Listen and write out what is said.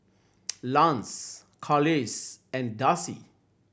Lance Carlisle and Darcy